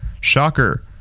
shocker